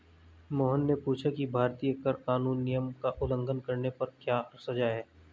मोहन ने पूछा कि भारतीय कर कानून नियम का उल्लंघन करने पर क्या सजा है?